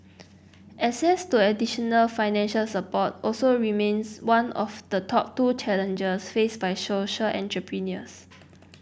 access to additional financial support also remains one of the top two challenges faced by social entrepreneurs